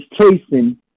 chasing